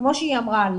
כמו שהיא אמרה,